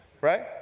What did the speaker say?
Right